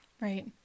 Right